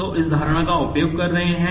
तो ये इस धारणा का उपयोग कर रहे हैं